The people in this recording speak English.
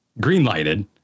green-lighted